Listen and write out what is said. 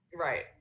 Right